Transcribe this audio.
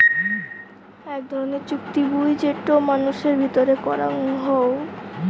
আক ধরণের চুক্তি বুই যেটো মানুষের ভিতরে করাং হউ